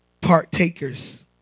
partakers